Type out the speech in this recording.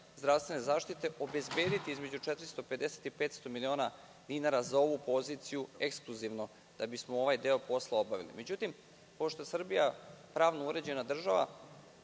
zdravstvene zaštite, obezbediti između 450 i 500 miliona dinara za ovu poziciju ekskluzivno, da bismo ovaj deo posla obavili. Međutim, pošto je Srbija pravno uređena država,